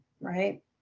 right